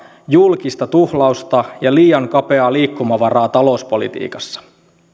julkista tuhlausta ja liian kapeaa liikkumavaraa talouspolitiikassa